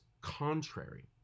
contrary